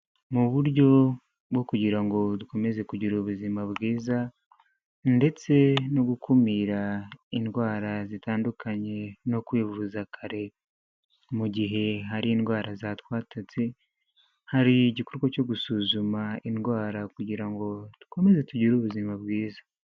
Mu buryo bwo kugira ngo dukomeze kugira ubuzima bwiza ndetse no gukumira indwara zitandukanye no kwivuza kare mu gihe hari indwara zatwatatse, hari igikorwa cyo gusuzuma indwara kugira ngo dukomeze tugire ubuzima bwiza.